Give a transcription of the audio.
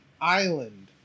Island